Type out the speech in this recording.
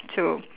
to